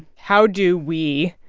how do we,